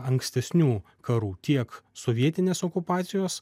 ankstesnių karų tiek sovietinės okupacijos